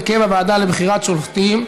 הרכב הוועדה לבחירת שופטים),